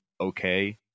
Okay